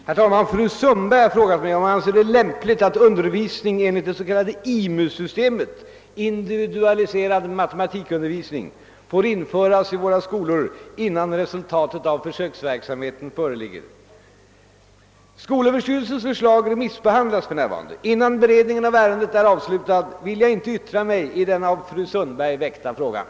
Herr talman! Fru Sundberg har frågat mig, om jag anser det lämpligt att undervisning enligt det s.k. IMU-systemet får införas i våra skolor innan resultat av försöksverksamheten föreligger. Skolöverstyrelsens förslag remissbehandlas för närvarande. Innan beredningen av ärendet avslutats, vill jag inte yttra mig i den av fru Sundberg väckta frågan.